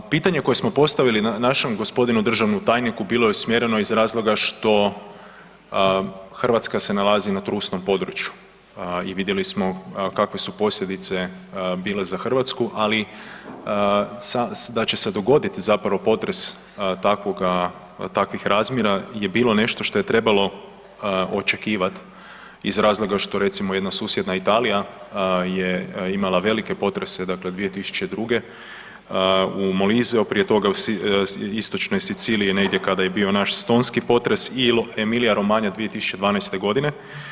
Pitanje koje smo postavili našem g. državnom tajniku bilo je usmjereno iz razloga što Hrvatska se nalazi na trusnom području i vidjeli smo kakve su posljedice bile za Hrvatsku, ali da će se dogoditi zapravo potres takvoga, takvih razmjera je bilo nešto što je trebalo očekivat iz razloga što recimo jedna susjedna Italija je imala velike potrese, dakle 2002. u Moliseu, prije toga u istočnoj Siciliji negdje kada je bio naš stonski potres i Emilija Romanja 2012.g.